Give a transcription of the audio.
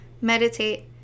meditate